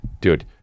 Dude